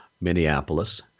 Minneapolis